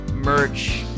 merch